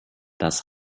das